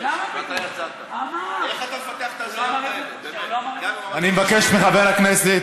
אני מבקש מחבר הכנסת